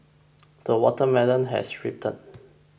the watermelon has ripened